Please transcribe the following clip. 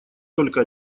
только